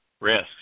risks